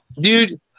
Dude